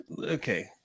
okay